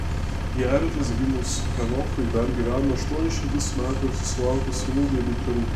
jaretas gimus henochui dar gyveno aštuonis šimtus metų ir susilaukė sūnų bei dukterų